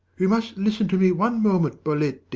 you must listen to me one moment, bolette.